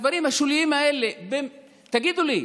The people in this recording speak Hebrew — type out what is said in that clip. הדברים השוליים האלה, תגידו לי,